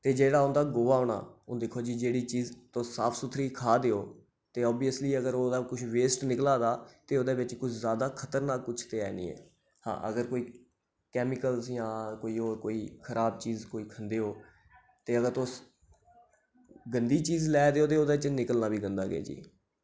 ते जेह्ड़ा उं'दा गोहा होना हून दिक्खो जी जेह्ड़ी चीज तुस साफ सुथरी खा दे हो ते ओवियसली ओह्दा किश वेस्ट निकला दा ते ओह्दे बिच जैदा किश खतरनाक ते ऐ निं ऐ हां अगर कोई कैमिकल जां कोई खराब चीज कोई खंदे ओ ते अगर तुस गंदी चीज लै दे ओ ते ओह्दे च निकलना बी गंद गै